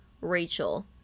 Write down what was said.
rachel